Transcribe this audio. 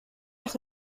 las